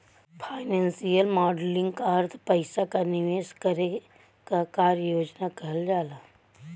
financial modelling क अर्थ पइसा क निवेश करे क कार्य योजना कहल जाला